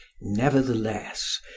Nevertheless